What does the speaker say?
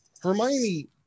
Hermione